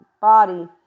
body